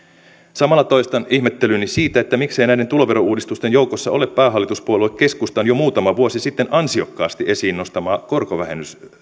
samalla toistan ihmettelyni siitä miksei näiden tuloverouudistusten joukossa ole päähallituspuolue keskustan jo muutama vuosi sitten ansiokkaasti esiin nostamaa korkovähennyksen